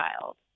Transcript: child